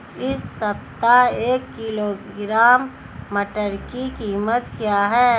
इस सप्ताह एक किलोग्राम मटर की कीमत क्या है?